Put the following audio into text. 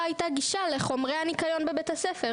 הייתה גישה לחומרי הניקיון בבית הספר,